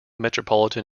metropolitan